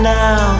now